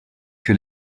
que